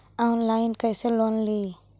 Online कैसे loan ली?